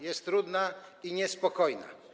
Jest trudna i niespokojna.